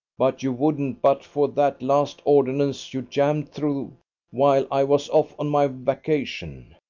but you wouldn't but for that last ordinance you jammed through while i was off on my vacation.